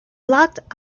locked